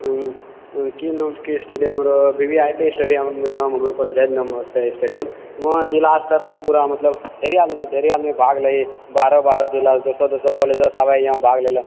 की नामके स्टेडियम रहै V V I T stadium नाम हमरो कॉलेजे के नामसँ अछि स्टेडियम वहाँ जिला स्तर पर पूरा मतलब ढ़ेरी आदमी ढ़ेरी आदमी भाग लैया बाहरो बाहरो जिलासँ दोसर दोसर कॉलेजोसँ आबैया यहाँ भाग लेइले